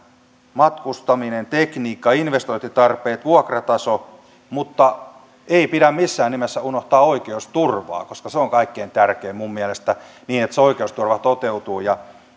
matkustaminen tekniikka investointitarpeet vuokrataso mutta ei pidä missään nimessä unohtaa oikeusturvaa koska se on kaikkein tärkeintä minun mielestäni että se oikeusturva toteutuu